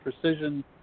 precision